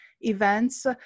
events